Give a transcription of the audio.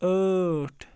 ٲٹھ